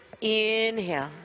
Inhale